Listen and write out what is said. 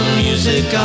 music